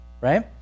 right